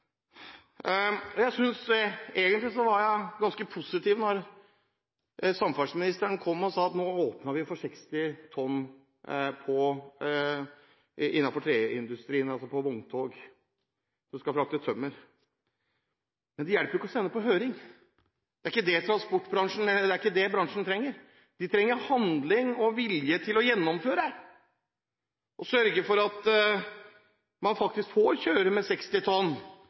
Jeg var egentlig ganske positiv til det samferdselsministeren sa om at man skulle åpne for 60 tonn på vogntog som skal frakte tømmer innenfor trelastindustrien. Det hjelper ikke å sende det på høring. Det er ikke det bransjen trenger – de trenger handling og vilje til å gjennomføre og sørge for at man faktisk får kjøre med 60 tonn